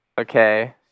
Okay